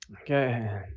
Okay